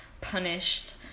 punished